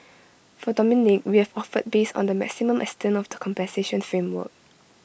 for Dominique we have offered based on the maximum extent of the compensation framework